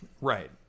Right